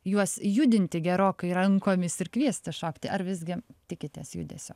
juos judinti gerokai rankomis ir kviesti šokti ar visgi tikitės judesio